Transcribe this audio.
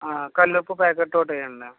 కళ్ళుప్పు ప్యాకెట్టు ఒకటెయ్యండి